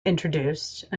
introduced